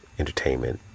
entertainment